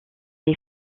les